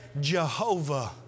Jehovah